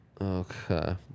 okay